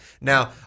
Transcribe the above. Now